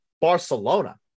Barcelona